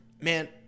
man